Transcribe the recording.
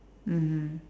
mmhmm